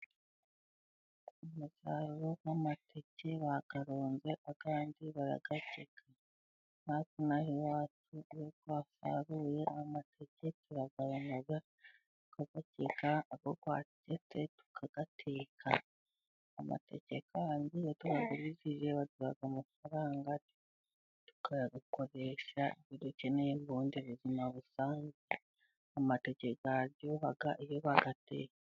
Mu byaro amateke bayaronze ayandi barayateka. Natwe ino aha iwacu iyo twasaruye amateke, turayagabanya tukayateka. Amateke yandi iyo tuyagurishije baduha amafaranga, tukayakoresha ibyo dukeneye mu bundi buzima busanzwe. amateke araryoha iyo bayatse.